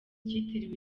cyitiriwe